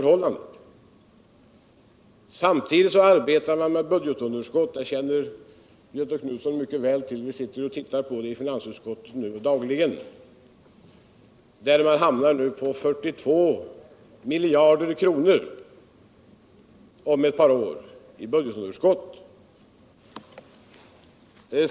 Jämsides med detta arbetar vi med et budgetunderskott — detta känner Göthe Knutson mycket väl vill genom det dagliga arbetet i finansutskouet. Vi hamnar nu på eut budgetunderskott med 42 miljarder kronor om ett par år.